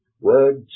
words